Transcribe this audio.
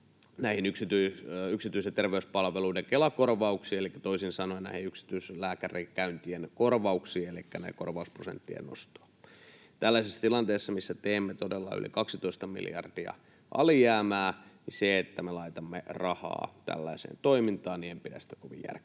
näihin yksityis- ja terveyspalveluiden Kela-korvauksiin, elikkä toisin sanoen näihin yksityislääkärikäyntien korvauksiin, elikkä niiden korvausprosenttien nostoon. Tällaisessa tilanteessa, missä teemme todella yli 12 miljardia alijäämää, en pidä sitä kovin järkevänä sitä, että me laitamme rahaa tällaiseen toimintaan. Jos sitä rahaa